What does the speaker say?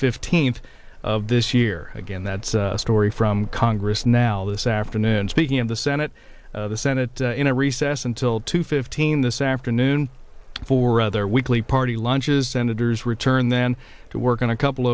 fifteenth of this year again that story from congress now this afternoon speaking of the senate the senate in a recess until two fifteen this afternoon for other weekly party lunches senators return then to work on a couple